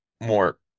more